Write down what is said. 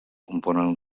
componen